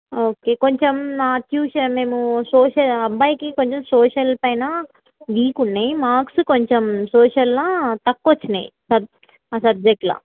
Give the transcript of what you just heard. okay కొంచెం tuition మేము సోషి ఆ అబ్బాయికి కొంచెం సోషల్పైన వీక్ ఉన్నయి మార్క్స్ కొంచెం సోషల్లో తక్కువ వచ్చాయి ఆ సబ్జెక్ట్లో